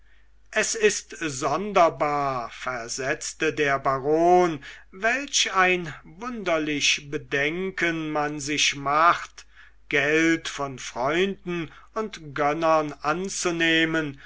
es ist sonderbar versetzte der baron welch ein wunderlich bedenken man sich macht geld von freunden und gönnern anzunehmen